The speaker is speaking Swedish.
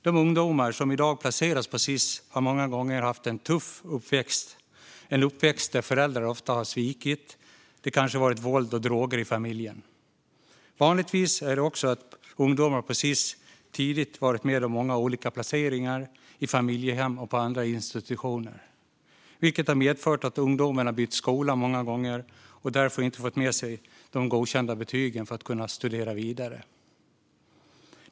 De ungdomar som i dag placeras på Sis-hem har ofta haft en tuff uppväxt, en uppväxt där föräldrar ofta svikit och där det kanske varit våld och droger i familjen. Vanligt är också att ungdomar på Sis-hem tidigare varit med om många olika placeringar i familjehem och på andra institutioner, vilket har medfört att ungdomen bytt skola många gånger och därför inte fått med sig godkända betyg för att kunna studera vidare.